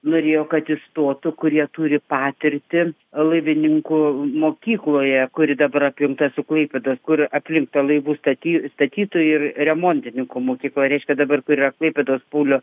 norėjo kad įstotų kurie turi patirtį laivininkų mokykloje kuri dabar apjungta su klaipėdos kur aplink laivų staty statytojų ir remontininkų mokykla reiškia dabar kur yra klaipėdos paulio